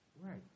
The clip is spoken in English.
Right